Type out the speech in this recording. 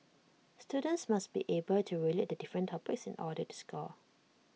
students must be able to relate the different topics in order to score